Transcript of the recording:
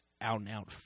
out-and-out